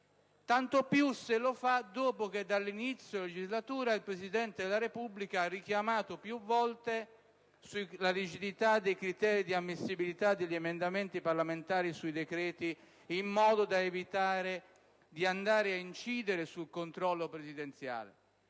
tanto più se lo fa dopo che, dall'inizio della legislatura, il Presidente della Repubblica ha richiamato più volte sulla rigidità dei criteri di ammissibilità degli emendamenti parlamentari sui decreti, in modo da evitare di andare ad incidere sul controllo presidenziale.